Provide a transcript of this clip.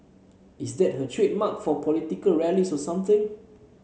is that her trademark for political rallies or something